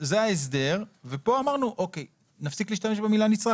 זה ההסדר ופה אמרנו שנפסיק להשתמש במילה נצרך